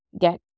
Get